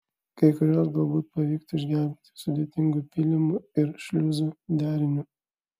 kai kuriuos galbūt pavyktų išgelbėti sudėtingu pylimų ir šliuzų deriniu